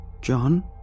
John